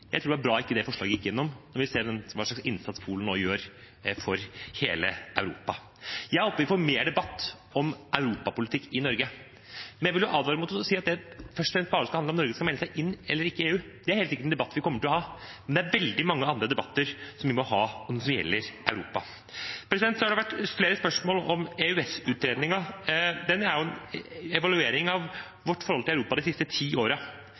Jeg tror det er bra at ikke det forslaget gikk igjennom, når vi ser hva slags innsats Polen nå gjør for hele Europa. Jeg håper vi får mer debatt om europapolitikk i Norge, men jeg vil advare mot å si at det først og fremst skal handle om Norge skal melde seg inn i EU eller ikke. Det er helt sikkert en debatt vi kommer til å ha, men det er veldig mange andre debatter vi må ha, som gjelder Europa. Det har vært flere spørsmål om EØS-utredningen. Den er jo en evaluering av vårt forhold til Europa de siste ti